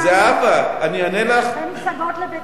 בין פסגות לבית-אל.